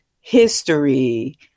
history